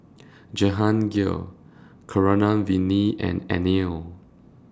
Jehangirr Keeravani and Anil